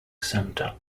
center